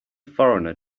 foreigner